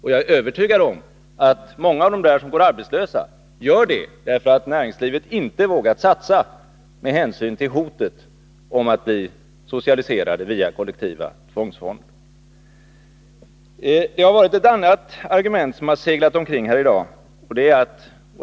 Jag är övertygad om att många av dem som går arbetslösa gör det därför att näringslivet inte vågat satsa med hänsyn till hotet om att bli socialiserat via kollektiva tvångsfonder. Ett annat argument har seglat omkring här i dag.